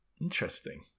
Interesting